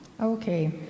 Okay